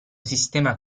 sistema